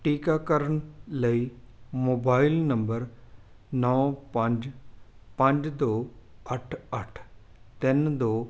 ਟੀਕਾਕਰਨ ਲਈ mobile number ਨੌ ਪੰਜ ਪੰਜ ਦੋ ਅੱਠ ਅੱਠ ਤਿੰਨ ਦੋ